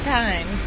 time